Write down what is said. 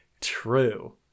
true